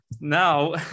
now